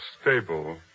stable